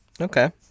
Okay